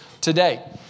today